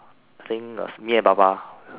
I think was me and Baba